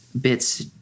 bits